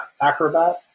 acrobat